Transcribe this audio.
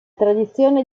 tradizione